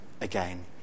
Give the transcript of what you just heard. again